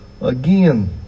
again